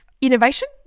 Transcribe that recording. innovation